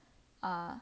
uh